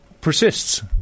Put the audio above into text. persists